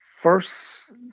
first